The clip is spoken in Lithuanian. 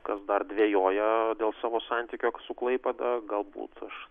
kas dar dvejoja dėl savo santykio su klaipėda galbūt aš